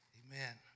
amen